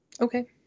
okay